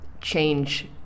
change